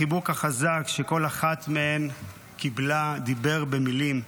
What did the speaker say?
החיבוק החזק שכל אחת מהן קיבלה, דיבר במילים,